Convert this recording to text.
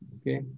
Okay